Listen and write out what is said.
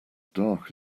dark